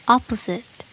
Opposite